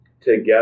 together